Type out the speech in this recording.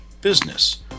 business